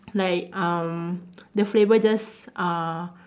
like um the flavour just uh